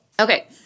Okay